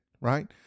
right